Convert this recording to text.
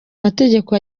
mategeko